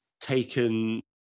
taken